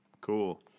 Cool